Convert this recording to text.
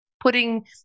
Putting